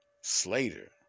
Slater